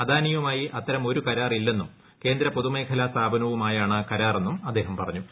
അദാനിയുമായി അത്തരം ഒരു കരാർ ഇല്ലെന്നും കേന്ദ്ര പൊതുമേഖലാ സ്ഥാപനവുമായാണ് കരാർ എന്നും അദ്ദേഹം പറഞ്ഞു